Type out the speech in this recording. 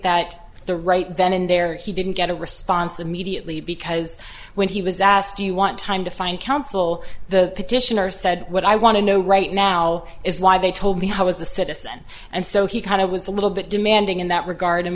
that the right then and there he didn't get a response immediately because when he was asked do you want time to find counsel the petitioner said what i want to know right now is why they told me i was a citizen and so he kind of was a little bit demanding in that regard and